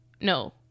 No